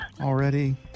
Already